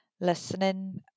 listening